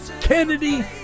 kennedy